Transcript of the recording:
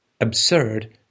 absurd